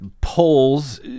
polls